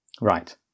Right